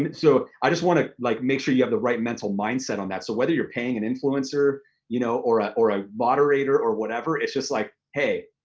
and so i wanna like make sure you have the right mental mindset on that. so whether you're paying an influencer you know or ah or a moderator or whatever, it's just like, hey,